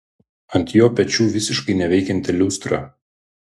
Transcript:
ant jo pečių visiškai neveikianti liustra